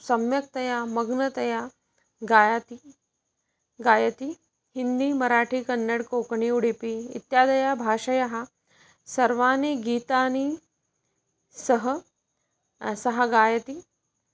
सम्यक्तया मग्नतया गायति गायति हिन्दी मराठी कन्नड् कोङ्कणि उडिपि इत्यादयः भाषयाः सर्वाणि गीतानि सः सः गायति